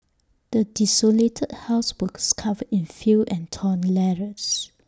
the desolated house was covered in fill and torn letters